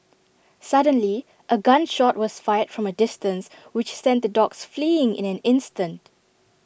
suddenly A gun shot was fired from A distance which sent the dogs fleeing in an instant